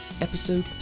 Episode